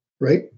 Right